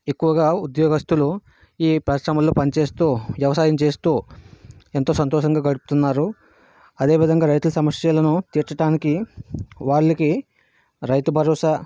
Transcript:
ఎక్కువగా ఉద్యోగస్థులు ఈ పరిశ్రమలో పని చేస్తూ వ్యవసాయం చేస్తూ ఎంతో సంతోషంగా గడుపుతున్నారు అదే విధంగా రైతుల సమస్యలను తీర్చటానికి వాళ్ళకి రైతు భరోసా